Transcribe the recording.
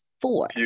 four